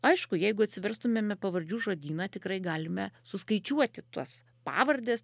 aišku jeigu atsiverstumėme pavardžių žodyną tikrai galime suskaičiuoti tuos pavardes